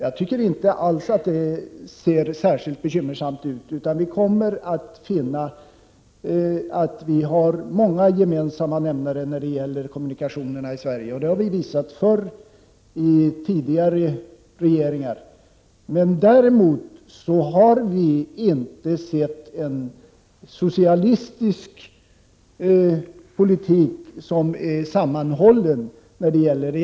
Jag tycker inte alls att det ser särskilt bekymmersamt ut, utan vi kommer att finna att vi har många gemensamma nämnare när det gäller kommunikationerna i Sverige. Det har vi visat förr, i tidigare regeringar, men däremot har vi inte sett en socialistisk politik som är sammanhållen.